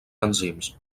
enzims